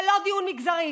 זה לא דיון מגזרי,